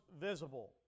visible